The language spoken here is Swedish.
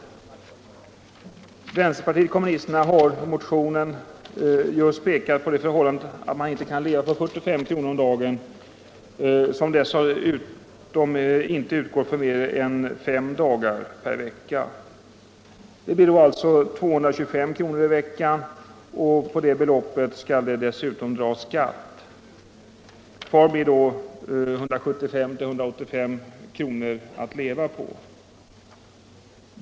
Vänsterpartiet kommunisterna har i motionen just pekat på det förhållandet att man inte kan leva på 45 kr. om dagen — ett belopp som dessutom inte utgår för mer än fem dagar i veckan. Det blir 225 kr. i veckan, och på det beloppet skall dessutom dras skatt. Kvar blir 175-185 kr. att leva på.